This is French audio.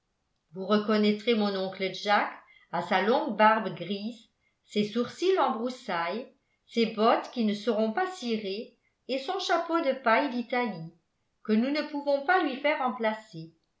vous reconnaîtrez mon oncle jack à sa longue barbe grise ses sourcils en broussailles ses bottes qui ne seront pas cirées et son chapeau de paille d'italie que nous ne pouvons pas lui faire remplacer